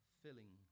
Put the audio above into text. filling